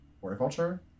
horticulture